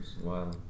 Wow